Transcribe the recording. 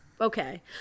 Okay